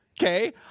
Okay